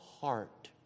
heart